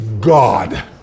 God